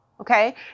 Okay